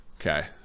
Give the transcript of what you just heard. Okay